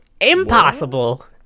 Impossible